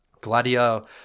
Gladio